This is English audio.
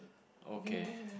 okay